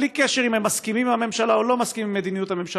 בלי קשר אם הם מסכימים עם הממשלה או לא מסכימים עם מדיניות הממשלה,